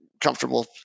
comfortable